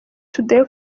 today